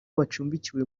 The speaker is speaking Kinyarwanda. bacumbikiwe